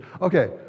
Okay